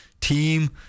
team